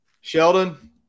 Sheldon